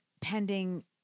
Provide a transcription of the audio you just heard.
pending